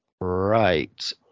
Right